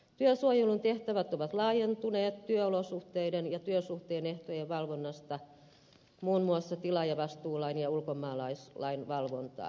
työsuojelun tehtävät ovat laajentuneet työolosuhteiden ja työsuhteen ehtojen valvonnasta muun muassa tilaajavastuulain ja ulkomaalaislain valvontaan